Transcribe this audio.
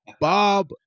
Bob